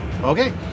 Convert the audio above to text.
Okay